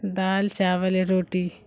دال چاول روٹی